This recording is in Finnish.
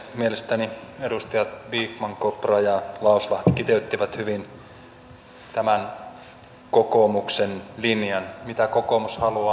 mielestäni edustajat vikman kopra ja lauslahti kiteyttivät hyvin tämän kokoomuksen linjan mitä kokoomus haluaa